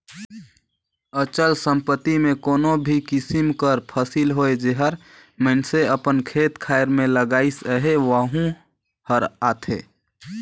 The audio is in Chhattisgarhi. अचल संपत्ति में कोनो भी किसिम कर फसिल होए जेहर मइनसे अपन खेत खाएर में लगाइस अहे वहूँ हर आथे